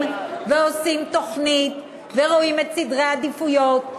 ועושים תוכנית ורואים את סדרי העדיפויות.